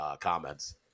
comments